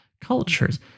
cultures